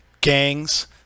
gangs